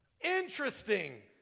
Interesting